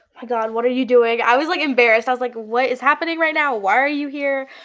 my god, what are you doing? i was like embarrassed. i was like, what is happening right now? why are you here?